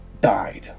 died